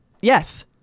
Yes